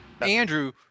Andrew